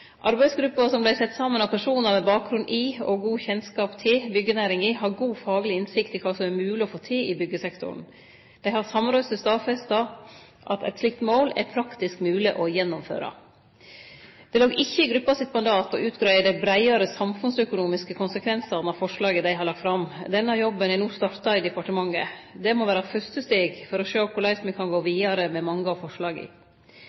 som vart sett saman av personar med bakgrunn i og god kjennskap til byggjenæringa, har god fagleg innsikt i kva som er mogleg å få til i byggsektoren. Dei har samrøystes stadfesta at eit slikt mål er praktisk mogleg å gjennomføre. Det låg ikkje i gruppa sitt mandat å utgreie dei breiare samfunnsøkonomiske konsekvensane av forslaga dei har lagt fram. Denne jobben er no starta i departementet. Det må vere det fyrste steget for å sjå korleis me kan gå